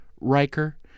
Riker